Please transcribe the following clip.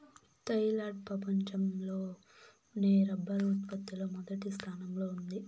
Thailand ప్రపంచం లోనే rubber ఉత్పత్తి లో మొదటి స్థానంలో ఉంది